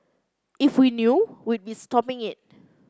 if we knew we'd be stopping it